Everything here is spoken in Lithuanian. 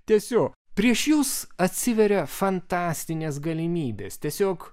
tęsiu prieš jus atsiveria fantastinės galimybės tiesiog